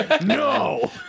No